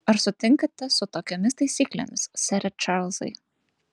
ar sutinkate su tokiomis taisyklėmis sere čarlzai